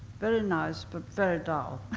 very nice, but very dull.